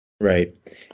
Right